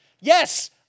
Yes